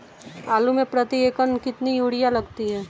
आलू में प्रति एकण कितनी यूरिया लगती है?